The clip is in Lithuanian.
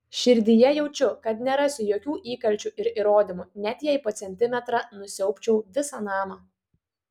širdyje jaučiu kad nerasiu jokių įkalčių ir įrodymų net jei po centimetrą nusiaubčiau visą namą